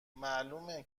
معلومه